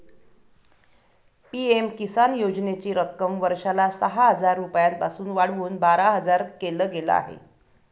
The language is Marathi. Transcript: पी.एम किसान योजनेची रक्कम वर्षाला सहा हजार रुपयांपासून वाढवून बारा हजार केल गेलं आहे